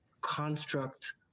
construct